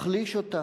תחליש אותו?